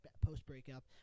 post-breakup